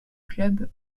club